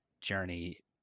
journey